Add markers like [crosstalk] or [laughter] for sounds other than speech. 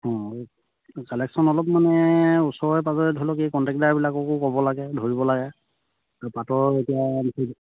অঁ কালেকশ্য়ন অলপ মানে ওচৰে পাঁজৰে ধৰি লওক এই কণ্টেক্টাৰবিলাককো ক'ব লাগে ধৰিব লাগে [unintelligible] এতিয়া